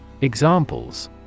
Examples